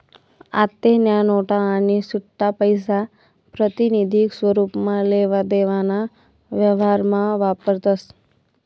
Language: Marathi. आत्तेन्या नोटा आणि सुट्टापैसा प्रातिनिधिक स्वरुपमा लेवा देवाना व्यवहारमा वापरतस